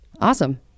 Awesome